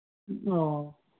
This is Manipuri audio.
ꯑꯣ